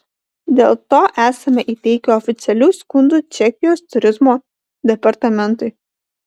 dėl to esame įteikę oficialių skundų čekijos turizmo departamentui